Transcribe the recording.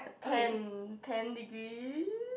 ten ten degree